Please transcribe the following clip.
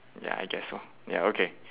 ya I guess so ya okay